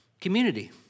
community